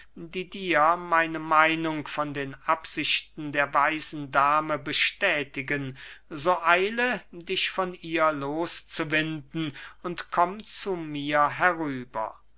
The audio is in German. die dir meine meinung von den absichten der weisen dame bestätigen so eile dich von ihr los zu winden und komm zu mir herüber